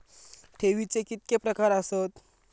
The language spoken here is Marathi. ठेवीचे कितके प्रकार आसत?